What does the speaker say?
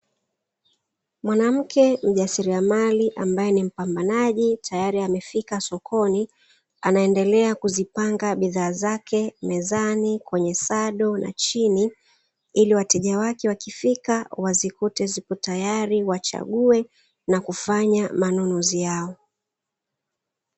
Mwanamke mjasiliamari ambaye ni mpambanaji tayari amefika sokoni anaendelea kuzipanga bidhaa zake mezani, kwenye sado na chini, ili wateja wake wakifika wazikute zipo tayari wachague, na kufanya manunuzi yao.